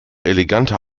eleganter